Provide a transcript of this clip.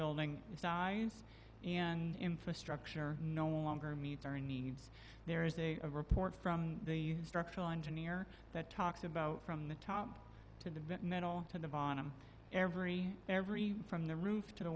building is dies and infrastructure no longer meet our needs there is a report from a structural engineer that talks about from the top to the vent metal to the bottom every every from the roof to the